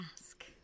ask